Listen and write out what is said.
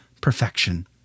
perfection